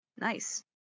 Nice